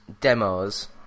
demos